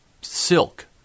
Silk